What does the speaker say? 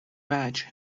وجه